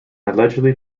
allegedly